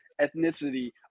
ethnicity